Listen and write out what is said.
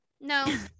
no